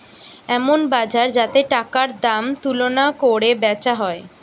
এমন বাজার যাতে টাকার দাম তুলনা কোরে বেচা হয়